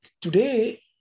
today